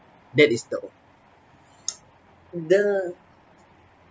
that is the o~ the